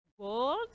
gold